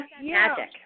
magic